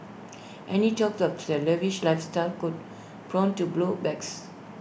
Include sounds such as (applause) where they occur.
any talk of (unintelligible) lavish lifestyle could prone to blow backs